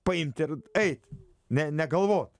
paimti ir eit ne negalvot